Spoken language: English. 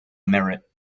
merit